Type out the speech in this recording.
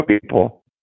people